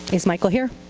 is michael here?